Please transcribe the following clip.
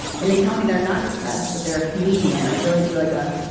when they tell me they're not depressed but they're a comedian, i really do like, a